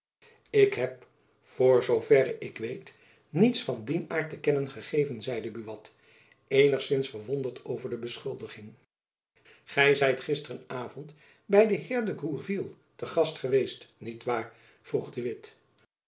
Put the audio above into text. ik heb voor zooverre ik weet niets van dien aart te kennen gegeven zeide buat eenigzins verwonderd over de beschuldiging gy zijt gisteren avond by den heer de gourville te gast geweest niet waar vroeg de witt